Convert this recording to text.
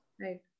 right